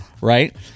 right